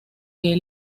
que